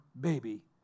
baby